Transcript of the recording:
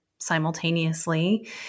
Simultaneously